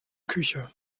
küche